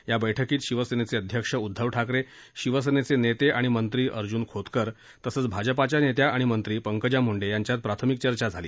या बैठकीत शिवसेनेचे अध्यक्ष उद्धव ठाकरे शिवसेनेचे नेते आणि मंत्री अर्जुन खोतकर तसंच भाजपाच्या नेत्या आणि मंत्री पंकजा मुंडे यांच्यात प्राथमिक चर्चा झाली